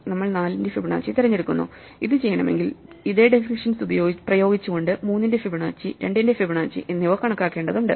നമ്മൾ 4 ന്റെ ഫിബൊനാച്ചി തിരഞ്ഞെടുക്കുന്നു ഇത് ചെയ്യണമെങ്കിൽ ഇതേ ഡെഫിനിഷ്യൻസ് പ്രയോഗിച്ചുകൊണ്ട് 3 ന്റെ ഫിബൊനാച്ചി 2 ന്റെ ഫിബൊനാച്ചി എന്നിവ കണക്കാക്കേണ്ടതുണ്ട്